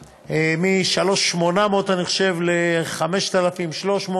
מ-3,800, אני חושב, ל-5,300,